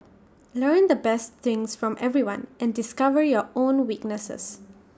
learn the best things from everyone and discover your own weaknesses